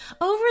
Over